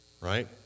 Right